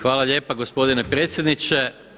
Hvala lijepa gospodine predsjedniče.